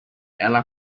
ela